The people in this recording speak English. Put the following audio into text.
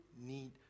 need